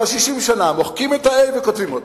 כבר 60 שנה מוחקים את הה"א וכותבים אותה.